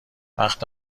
وقت